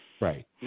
Right